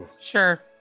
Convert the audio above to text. Sure